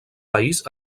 país